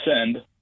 Send